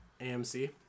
amc